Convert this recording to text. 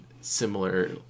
similar